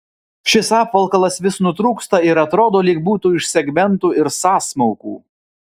šis apvalkalas vis nutrūksta ir atrodo lyg būtų iš segmentų ir sąsmaukų